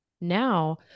Now